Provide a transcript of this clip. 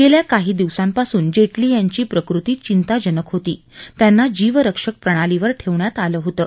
गेल्या काही दिवसांपासून जेटली यांची प्रकृती चिंताजनक होती त्यांना जीवरक्षक प्रणालीवर ठेवण्यात आलं होतं